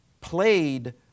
played